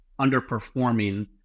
underperforming